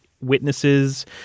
witnesses